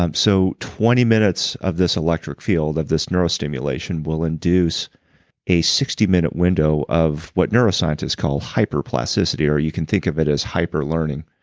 um so twenty minutes of this electric field, of this neurostimulation, will induce a sixty minute window of what neuroscientists call hyperplasticity, or you can think of it as hyper learning.